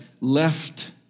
left